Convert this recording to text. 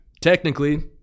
Technically